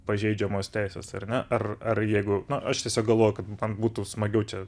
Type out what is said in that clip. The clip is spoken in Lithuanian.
pažeidžiamos teisės ar ne ar ar jeigu nu aš tiesiog galvojau kad man būtų smagiau čia